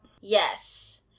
Yes